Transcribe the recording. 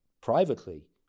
Privately